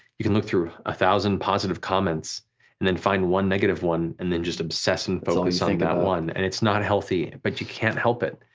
you can look through a thousand positive comments and then find one negative one and then just obsess and on so like that one, and it's not healthy, but you can't help it.